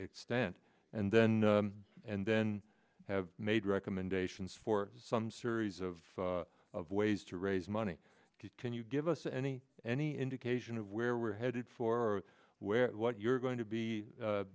extent and then and then have made recommendations for some series of of ways to raise money can you give us any any indication of where we're headed for where what you're going to be